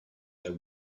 their